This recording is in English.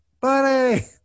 Buddy